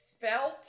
felt